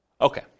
Okay